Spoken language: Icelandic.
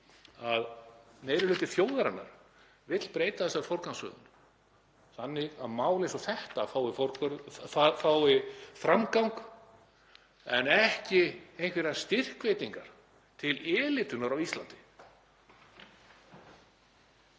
að meiri hluti þjóðarinnar vill breyta þessari forgangsröðun þannig að mál eins og þetta fái framgang en ekki einhverjar styrkveitingar til elítunnar á Íslandi.